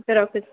ରଖୁଛି